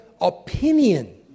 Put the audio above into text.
opinion